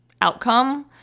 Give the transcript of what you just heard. outcome